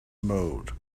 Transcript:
mode